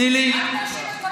אל תאשים את כל החולים,